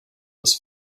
was